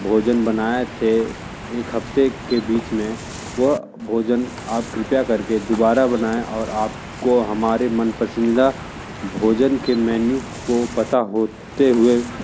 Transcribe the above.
भोजन बनाए थे एक हफ्ते के बीच में वह भोजन आप कृपया करके दोबारा बनाये और आप को हमारे मन पसंदीदा भोजन के मेन्यू को पता होते हुए